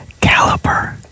caliper